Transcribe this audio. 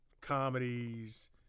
Comedies